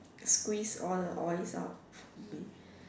squeeze all the oil out